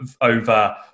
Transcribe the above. over